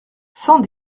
cent